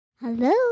hello